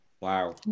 Wow